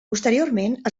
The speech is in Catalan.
posteriorment